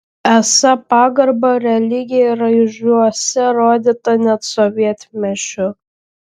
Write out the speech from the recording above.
esą pagarba religijai raižiuose rodyta net sovietmečiu